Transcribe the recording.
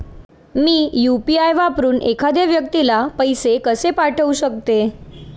मी UPI वापरून एखाद्या व्यक्तीला पैसे कसे पाठवू शकते?